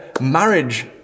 marriage